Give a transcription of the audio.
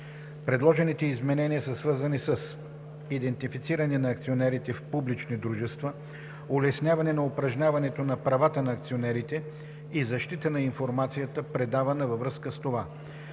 Предложените изменения са свързани с: - идентифициране на акционерите в публични дружества, улесняване на упражняването на правата на акционерите и защита на информацията, предавана във връзка с това;